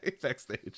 backstage